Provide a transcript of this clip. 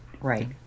Right